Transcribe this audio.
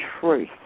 truth